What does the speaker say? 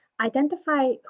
identify